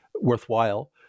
worthwhile